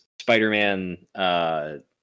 Spider-Man